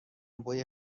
بوی